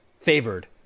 favored